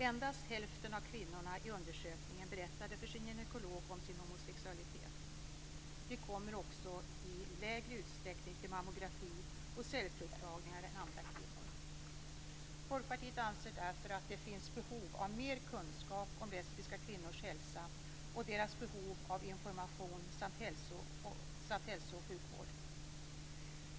Endast hälften av kvinnorna i undersökningen berättade för sin gynekolog om sin homosexualitet. De kommer också i lägre utsträckning till mammografi och cellprovtagningar än andra kvinnor. Folkpartiet anser därför att det finns behov av mer kunskap om lesbiska kvinnors hälsa och deras behov av information samt hälso och sjukvård.